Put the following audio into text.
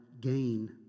gain